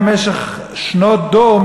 במשך שנות דור,